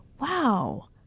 wow